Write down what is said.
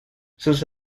sus